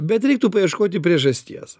bet reiktų paieškoti priežasties